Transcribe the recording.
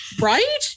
right